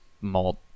malt